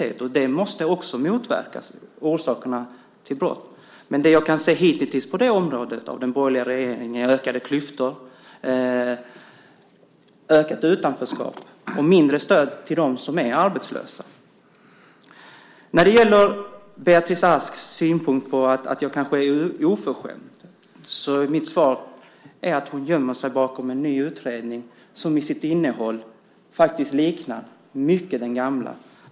Orsakerna till brott måste också motverkas. Men det jag kan se hitintills på det området av den borgerliga regeringen är ökade klyftor, ökat utanförskap och mindre stöd till dem som är arbetslösa. När det gäller Beatrice Asks synpunkt att jag kanske är oförskämd är mitt svar att hon gömmer sig bakom en ny utredning som i sitt innehåll faktiskt mycket liknar den gamla.